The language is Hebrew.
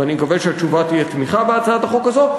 ואני מקווה שהתשובה תהיה תמיכה בהצעת החוק הזאת,